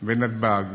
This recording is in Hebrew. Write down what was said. בנתב"ג,